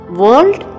world